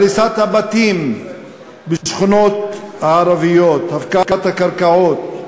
הריסת הבתים בשכונות הערביות, הפקעת הקרקעות,